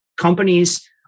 companies